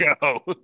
go